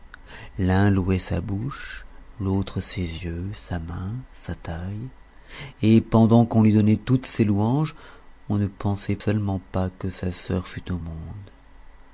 l'un louait sa bouche l'autre ses yeux sa main sa taille et pendant qu'on lui donnait toutes ces louanges on ne pensait seulement pas que sa sœur fût au monde